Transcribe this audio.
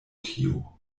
tio